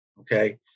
okay